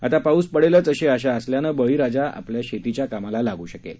आता पाऊस पडेलचं अशी आशा असल्यानं बळीराजा आता आपल्या शेतीच्या कामाला लागू शकेल